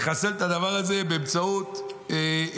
נחסל את הדבר הזה באמצעות קיצוצים.